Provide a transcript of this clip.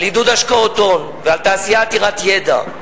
על עידוד השקעות הון ועל תעשייה עתירת ידע,